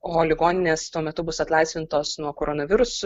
o ligoninės tuo metu bus atlaisvintos nuo koronavirusu